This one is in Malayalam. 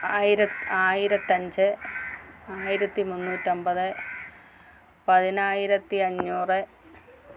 ആയിരത്തഞ്ച് ആയിരത്തി മുന്നൂറ്റി അമ്പത് പതിനായിരത്തി അഞ്ഞൂറ്